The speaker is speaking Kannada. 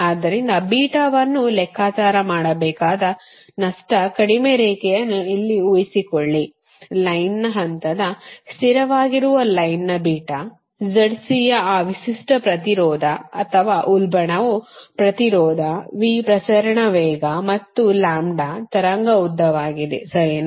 ಆದ್ದರಿಂದ beta ವನ್ನು ಲೆಕ್ಕಾಚಾರ ಮಾಡಬೇಕಾದ ನಷ್ಟ ಕಡಿಮೆ ರೇಖೆಯನ್ನು ಇಲ್ಲಿ ಊಹಿಸಿಕೊಳ್ಳಿ ಲೈನ್ನ ಹಂತದ ಸ್ಥಿರವಾಗಿರುವ ಲೈನ್ ನ beta Zc ಆ ವಿಶಿಷ್ಟ ಪ್ರತಿರೋಧ ಅಥವಾ ಉಲ್ಬಣವು ಪ್ರತಿರೋಧ v ಪ್ರಸರಣದ ವೇಗ ಮತ್ತು ಲ್ಯಾಂಬ್ಡಾ ತರಂಗ ಉದ್ದವಾಗಿದೆ ಸರಿನಾ